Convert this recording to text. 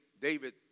David